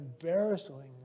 embarrassingly